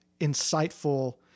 insightful